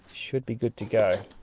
should be good to go.